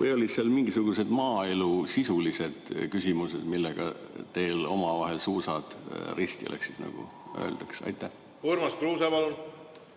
Või olid seal mingisuguseid maaelu sisulised küsimused, kus teil omavahel suusad risti läksid, nagu öeldakse? Urmas Kruuse,